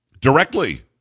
Directly